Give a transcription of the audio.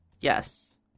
Yes